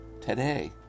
today